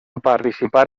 participar